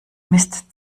mist